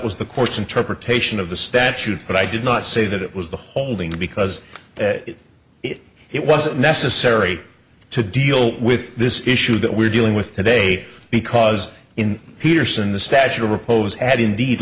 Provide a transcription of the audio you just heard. was the court's interpretation of the statute but i did not say that it was the holding because that it it wasn't necessary to deal with this issue that we're dealing with today because in peterson the statue of repose had indeed